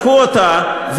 אבל אם לא יחלקו אותה,